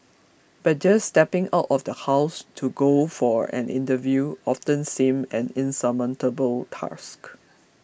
but just stepping out of the house to go for an interview often seemed an insurmountable task